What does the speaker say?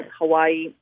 Hawaii